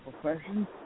profession